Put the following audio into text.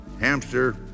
hamster